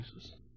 Jesus